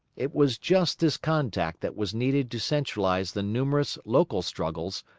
it was just this contact that was needed to centralise the numerous local struggles,